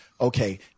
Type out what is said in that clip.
Okay